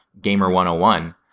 Gamer101